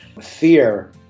fear